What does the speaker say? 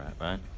right